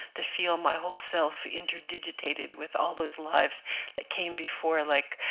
to feel my whole self interdigitated with all those lives that came before, like